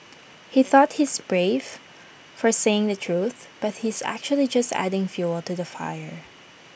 he thought he's brave for saying the truth but he's actually just adding fuel to the fire